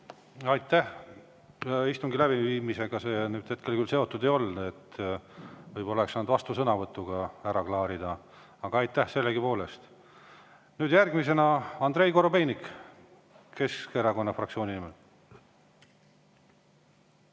Aitäh! Istungi läbiviimisega see nüüd küll seotud ei olnud, võib-olla oleks saanud selle vastusõnavõtuga ära klaarida. Aga aitäh sellegipoolest! Nüüd järgmisena Andrei Korobeinik Keskerakonna fraktsiooni nimel.